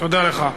תודה לך.